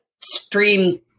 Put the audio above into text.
stream